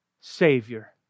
Savior